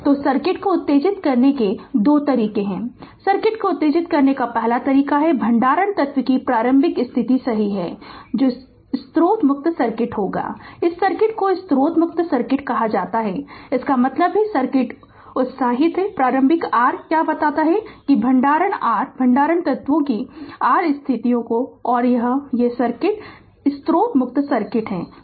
तो सर्किट को उत्तेजित करने के दो तरीके हैं सर्किट को उत्तेजित करने का पहला तरीका हैभंडारण तत्व की प्रारंभिक स्थिति सही है जो स्रोत मुक्त सर्किट होगा इस सर्किट को स्रोत मुक्त सर्किट कहा जाता है इसका मतलब है सर्किट उत्साहित हैप्रारंभिक r क्या बताता है कि भंडारण आर भंडारण तत्वों की r स्थितियां और यह ये सर्किट स्रोत मुक्त सर्किट हैं